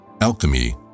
Alchemy